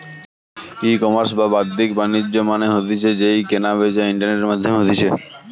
ecommerce বা বাদ্দিক বাণিজ্য মানে হতিছে যেই কেনা বেচা ইন্টারনেটের মাধ্যমে হতিছে